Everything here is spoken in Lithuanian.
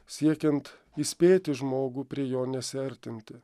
siekiant įspėti žmogų prie jo nesiartinti